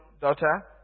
daughter